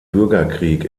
bürgerkrieg